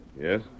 Yes